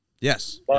Yes